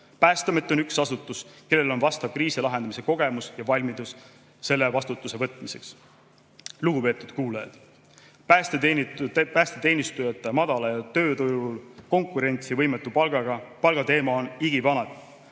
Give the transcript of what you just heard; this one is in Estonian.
Päästeamet on üks asutus, kellel on vastav kriisi lahendamise kogemus ja valmidus selle vastutuse võtmiseks. Lugupeetud kuulajad! Päästeteenistujate madala ja tööturul konkurentsivõimetu palga teema on igivana,